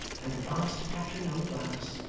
and the fast pattering on the glass,